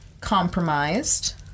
compromised